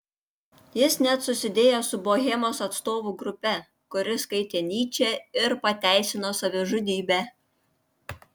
jis net susidėjo su bohemos atstovų grupe kuri skaitė nyčę ir pateisino savižudybę